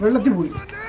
of the week